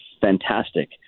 fantastic